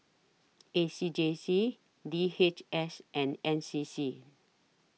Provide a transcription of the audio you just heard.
A C J C D H S and N C C